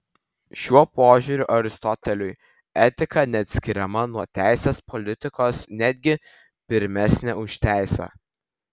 šiuo požiūriu aristoteliui etika neatskiriama nuo teisės politikos netgi pirmesnė už teisę